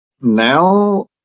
Now